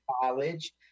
college